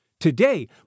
Today